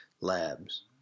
labs